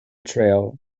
trail